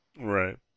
Right